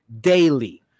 daily